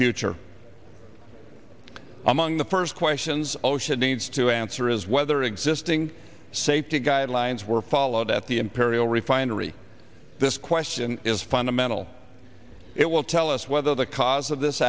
future among the first questions osha needs to answer is whether existing safety guidelines were followed at the imperial refinery this question is fundamental it will tell us whether the cause of this